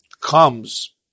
comes